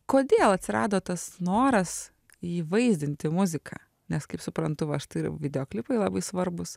kodėl atsirado tas noras įvaizdinti muziką nes kaip suprantu va štai ir videoklipai labai svarbūs